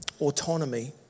autonomy